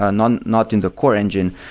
ah not not in the core engine,